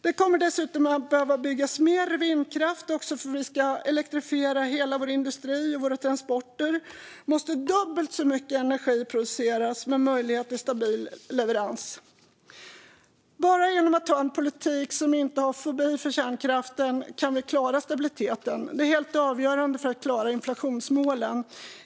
Det kommer dessutom att behöva byggas mer vindkraft. Om vi ska elektrifiera hela vår industri och våra transporter måste dubbelt så mycket energi produceras, med möjlighet till stabil leverans. Bara genom att ha en politik som inte har fobi för kärnkraften kan vi klara stabiliteten. Det är helt avgörande för att klara inflationsmålen.